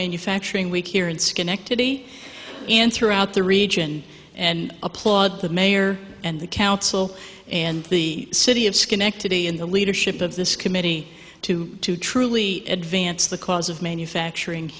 manufacturing week here in schenectady and throughout the region and applaud the mayor and the council and the city of schenectady in the leadership of this committee to truly advance the cause of manufacturing